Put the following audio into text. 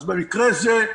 אז במקרה הזה,